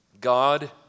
God